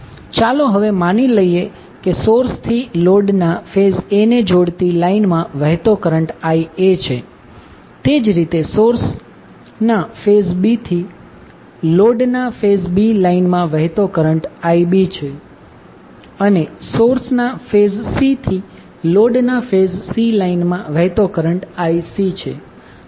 ચાલો હવે માની લઈએ કે સોર્સ થી લોડના ફેઝ A ને જોડતી લાઇનમા વહેતો કરન્ટ Ia છે તે જ રીતે સોર્સના ફેઝ B થી લોડના ફેઝ B લાઈનમા વહેતો કરંટ Ib છે અને સોર્સના ફેઝ C થી લોડના ફેઝ C લાઈનમા વહેતો કરંટ Ic છે